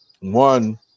one